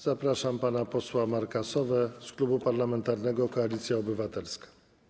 Zapraszam pana posła Marka Sowę z Klubu Parlamentarnego Koalicja Obywatelska.